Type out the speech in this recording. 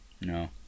No